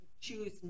Choose